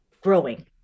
growing